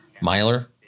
miler